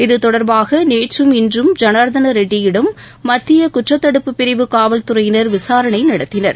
இத்தொடர்பாக நேற்றும் இன்றும் ஜனார்தன ரெட்டியிடம் மத்திய குற்றத்தடுப்பு பிரிவு காவல்துறையினா் விசாரணை நடத்தினர்